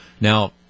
Now